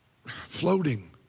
floating